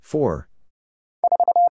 Four